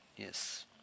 Yes